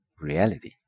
reality